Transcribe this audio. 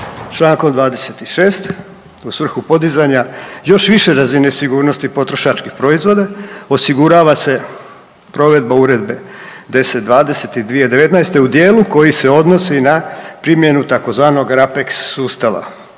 tako čl. 26. u svrhu podizanja još više razine sigurnosti potrošačkih proizvoda osigurava se provedba Uredbe 1020/2019 u djelu koji se odnosi na primjenu tzv. RAPEX sustava.